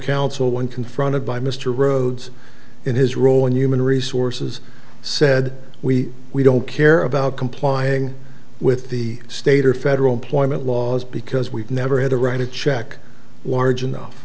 counsel when confronted by mr rhodes in his role in human resources said we we don't care about complying with the state or federal employment laws because we've never had to write a check large enough